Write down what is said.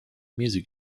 music